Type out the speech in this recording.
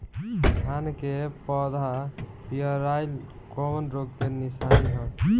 धान के पौधा पियराईल कौन रोग के निशानि ह?